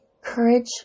Courage